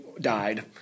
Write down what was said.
died